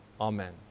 Amen